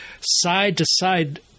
side-to-side